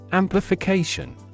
amplification